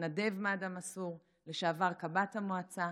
מתנדב מד"א מסור, לשעבר קב"ט המועצה,